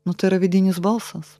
nutaria vidinis balsas